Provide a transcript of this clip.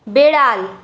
বেড়াল